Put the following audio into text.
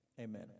Amen